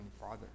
Father